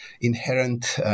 inherent